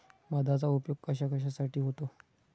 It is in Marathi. मधाचा उपयोग कशाकशासाठी होतो?